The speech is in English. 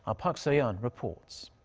ah park soyun reports.